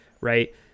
right